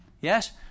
yes